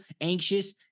anxious